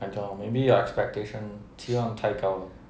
I dunno maybe your expectation 期望太高了